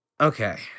Okay